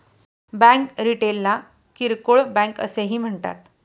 bank रिटेलला किरकोळ bank असेही म्हणतात